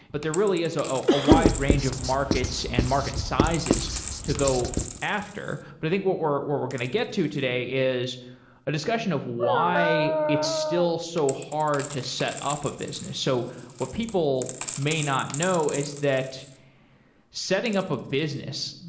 but there really is a a wide range of markets and market sizes to go after. but i think what we're we're going to get to today is a discussion of why it's still so hard to set up a business. so what people may not know is that setting up a business,